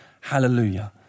hallelujah